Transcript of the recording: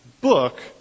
book